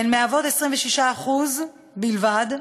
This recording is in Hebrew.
הן מהוות 26% בלבד,